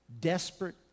desperate